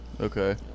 Okay